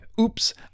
oops